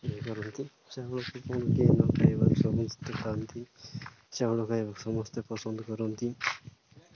ଇଏ କରନ୍ତି ଚାଉଳକୁ କିଏ ନ ଖାଇବାକୁ ସମସ୍ତେ ଖାଆନ୍ତି ଚାଉଳ ଖାଇବାକୁ ସମସ୍ତେ ପସନ୍ଦ କରନ୍ତି